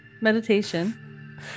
meditation